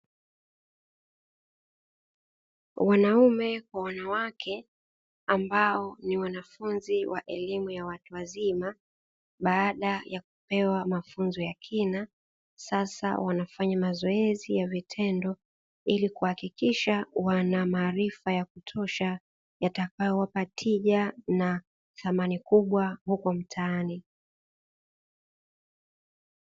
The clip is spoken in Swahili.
Wanaume kwa wanawake ambao ni wanafunzi wa elimu ya watu wazima, baada ya kupewa mafunzo ya kina sasa wanafanya mazoezi ya vitendo, ili kuhakikisha wana maarifa ya kutosha yatakayowapa tija na thamani kubwa huko mtaani.